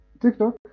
TikTok